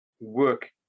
Work